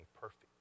perfect